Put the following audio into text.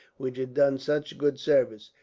which had done such good service,